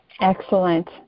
Excellent